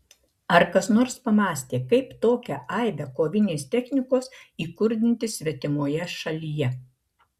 ar kas nors pamąstė kaip tokią aibę kovinės technikos įkurdinti svetimoje šalyje